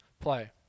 play